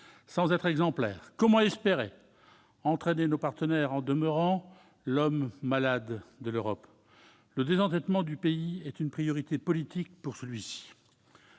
sans être exemplaire ? Comment espérer entraîner nos partenaires en demeurant « l'homme malade de l'Europe »? Le désendettement de notre pays est une priorité politique. Le